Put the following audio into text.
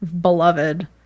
Beloved